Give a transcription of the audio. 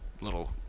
little